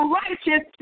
righteous